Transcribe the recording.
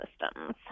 systems